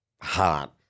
hot